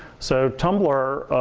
so tumblr,